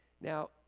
Now